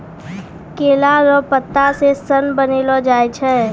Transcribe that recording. केला लो पत्ता से सन बनैलो जाय छै